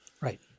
Right